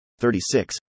36